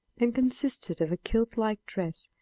and consisted of a kilt-like dress,